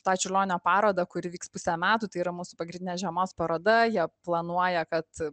tą čiurlionio parodą kuri vyks pusę metų tai yra mūsų pagrindinę žiemos paroda ją planuoja kad